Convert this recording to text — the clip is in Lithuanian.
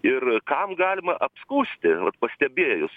ir kam galima apskųsti pastebėjus